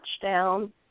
touchdown